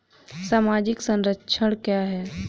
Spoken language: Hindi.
सामाजिक संरक्षण क्या है?